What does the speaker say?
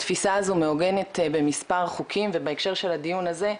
התפיסה הזו מעוגנת במספר חוקים ובהקשר של הדיון הזה,